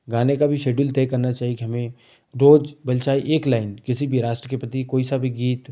गाने का भी शेड्यूल तय करना चाहिए कि हमें रोज भले चाहे एक लाइन किसी भी राष्ट्र के प्रति कोई सा भी गीत